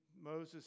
Moses